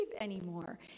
anymore